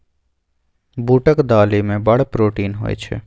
बूटक दालि मे बड़ प्रोटीन होए छै